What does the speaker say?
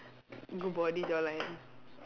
good body jawline